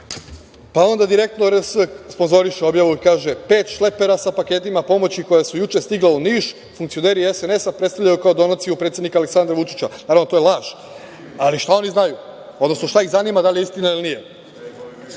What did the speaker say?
onda „Direktno.rs“ sponzoriše objavu i kaže: „Pet šlepera sa paketima pomoći koji su juče stigla u Niš, funkcioneri SNS predstavljaju kao donaciju predsednika Aleksandra Vučića“. Naravno, to je laž, ali šta oni znaju? Odnosno šta ih zanima da li je istina ili nije.